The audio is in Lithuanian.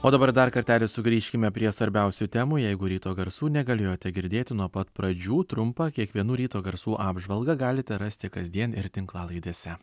o dabar dar kartelį sugrįžkime prie svarbiausių temų jeigu ryto garsų negalėjote girdėti nuo pat pradžių trumpą kiekvienų ryto garsų apžvalgą galite rasti kasdien ir tinklalaidėse